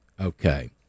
Okay